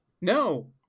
no